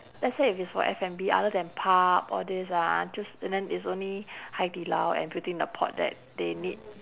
let's say if it's for F&B other than pub all this ah just and then it's only hai di lao and beauty in a pot that they need